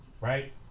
right